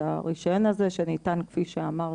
את הרישיון הזה שניתן כפי שאמרת,